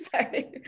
sorry